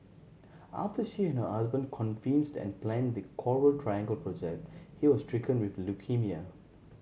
after she and her husband conceived and planned the Coral Triangle project he was stricken with leukaemia